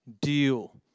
deal